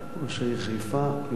ראש העיר חיפה יונה יהב,